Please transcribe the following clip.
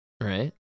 right